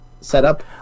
setup